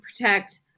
protect